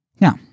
Now